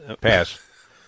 Pass